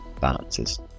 balances